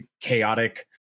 chaotic